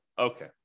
Okay